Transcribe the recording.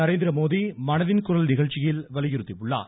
நரேந்திரமோடி மனதின் குரல் நிகழ்ச்சியில் வலியுறுத்தியுள்ளார்